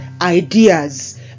ideas